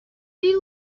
you